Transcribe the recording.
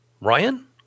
Ryan